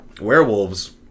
Werewolves